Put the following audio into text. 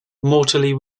mortally